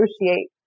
negotiate